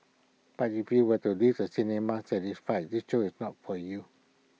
but if you want to leave the cinema satisfied this show is not for you